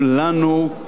כמדינה,